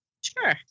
Sure